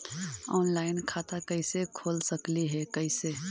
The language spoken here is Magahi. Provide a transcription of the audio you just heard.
ऑनलाइन खाता कैसे खोल सकली हे कैसे?